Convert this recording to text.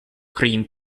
cream